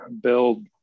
build